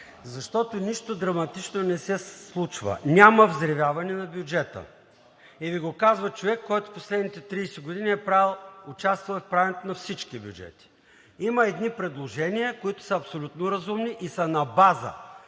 защото нищо драматично не се случва. Няма взривяване на бюджета. Казва Ви го човек, който последните 30 години е участвал в правенето на всички бюджети. Има едни предложения, които са абсолютно разумни и са на база